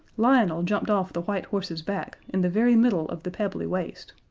lionel jumped off the white horse's back in the very middle of the pebbly waste,